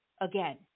again